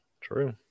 true